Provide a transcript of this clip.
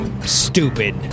stupid